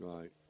Right